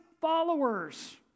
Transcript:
followers